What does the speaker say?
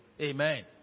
Amen